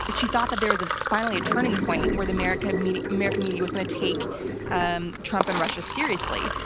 but she thought that there was ah finally a turning point and the american media american media was going to take um trump and russia seriously.